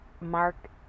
Mark